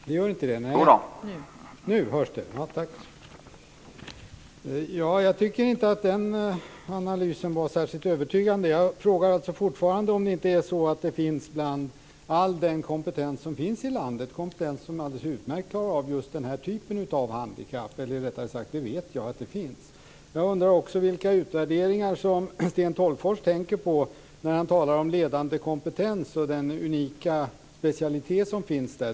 Herr talman! Jag tycker inte att den analysen var särskilt övertygande. Jag undrar fortfarande om det inte bland all den kompetens som finns i landet finns kompetens som alldeles utmärkt klarar just den här typen av handikapp. Rättare sagt vet jag att det är så. Jag undrar också vilka utvärderingar Sten Tolgfors tänker på när han talar om en ledande kompetens i en unik specialitet.